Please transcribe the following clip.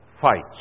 Fights